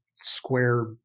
square